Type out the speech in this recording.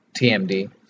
TMD